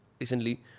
recently